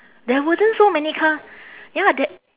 there wasn't so many car ya lah that